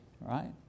right